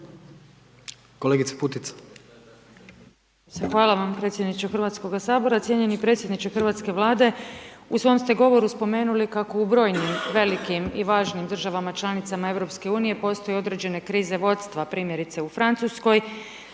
Sanja (HDZ)** Hvala vam predsjedniče HS-a. Cijenjeni predsjedniče hrvatske Vlade u svom ste govoru spomenuli kako u brojnim velikim i važnim državama članicama EU postoje određene krize vodstva, primjerice u Francuskoj,